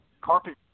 carpet